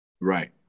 Right